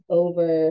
over